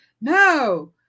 no